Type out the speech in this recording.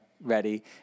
ready